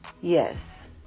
Yes